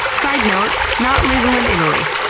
sidenote not legal in italy.